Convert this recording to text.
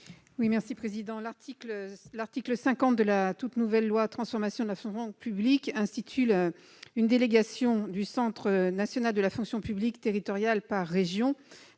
Di Folco. L'article 50 de la toute nouvelle loi de transformation de la fonction publique institue une délégation du Centre national de la fonction publique territoriale, le